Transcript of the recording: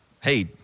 hey